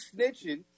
snitching